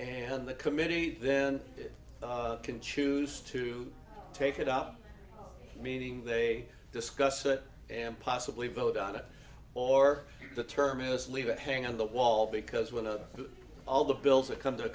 and the committee then it can choose to take it up meaning they discuss it and possibly vote on it or the term is leave it hanging on the wall because when the all the bills that come to a